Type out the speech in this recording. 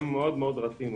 גם אם מאוד מאוד רצינו.